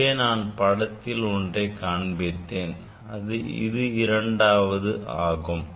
முன்பே நான் படத்தில் ஒன்றை காண்பித்தேன் இது இரண்டாவது ஆகும்